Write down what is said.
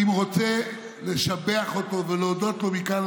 אני רוצה לשבח אותו ולהודות לו מכאן,